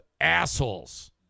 assholes